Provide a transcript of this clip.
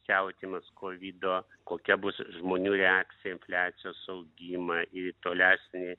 siautėjimas kovido kokia bus žmonių reakcija į infliacijos augimą į tolesnį